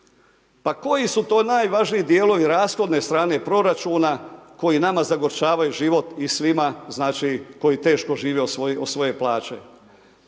Pa koji su to najvažniji dijelovi rashodne strane proračuna koji nama zagorčavaju život i svima znači, koji teško žive od svoje plaće?